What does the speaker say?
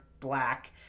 black